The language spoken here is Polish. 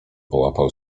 połapał